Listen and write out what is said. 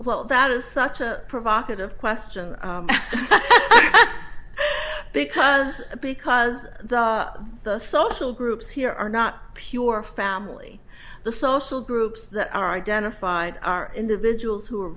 well that is such a provocative question because because the social groups here are not pure family the social groups that are identified are individuals who are